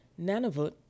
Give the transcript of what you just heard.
Nanavut